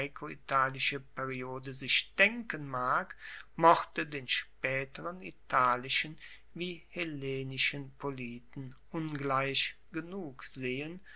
graecoitalische periode sich denken mag mochte den spaeteren italischen wie hellenischen politien ungleich genug sehen